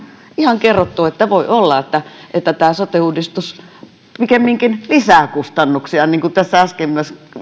ihan kerrottu että voi olla että tämä sote uudistus pikemminkin lisää kustannuksia kuten tässä äsken